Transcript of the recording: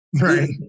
right